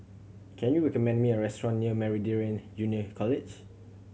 can you recommend me a restaurant near Meridian Junior College